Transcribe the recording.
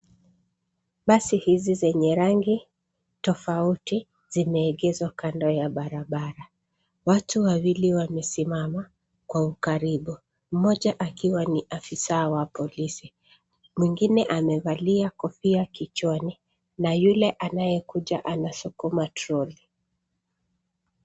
Basi hizi zenye rangi tofauti, zimeegezwa kando ya barabara. Watu wawili wamesimama kwa ukaribu, mmoja akiwa ni afisaa wa polisi. Mwingine amevalia kofia kichwani, na yule anayekuja anasukuma troli.